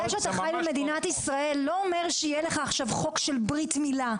זה שאתה חי במדינת ישראל לא אומר שיהיה לך עכשיו חוק של ברית מילה.